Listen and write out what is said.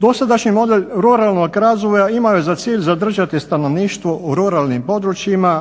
Dosadašnji model ruralnog razvoja imao je za cilj zadržati stanovništvo u ruralnim područjima,